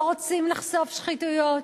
לא רוצים לחשוף שחיתויות.